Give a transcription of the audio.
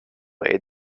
aid